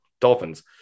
Dolphins